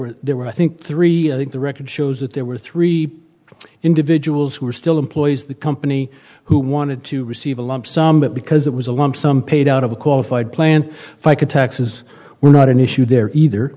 were there were i think three the record shows that there were three individuals who were still employees the company who wanted to receive a lump sum but because it was a lump sum paid out of a qualified plan fica taxes were not an issue there either